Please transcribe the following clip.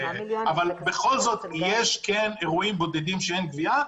בכל זאת, כן יש אירועים בודדים שאין גבייה.